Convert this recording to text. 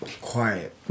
Quiet